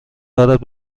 دارد